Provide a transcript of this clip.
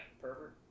pervert